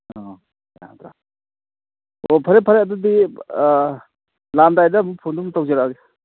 ꯑꯣ ꯑꯣ ꯐꯔꯦ ꯐꯔꯦ ꯑꯗꯨꯗꯤ ꯂꯥꯛꯑꯃꯗꯥꯏꯗ ꯑꯃꯨꯛ ꯐꯣꯟꯗꯨ ꯑꯃꯨꯛ ꯇꯧꯖꯔꯛꯑꯒꯦ